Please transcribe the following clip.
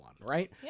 right